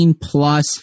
plus